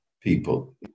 people